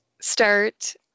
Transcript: start